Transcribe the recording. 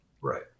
right